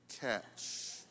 catch